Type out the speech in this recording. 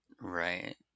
Right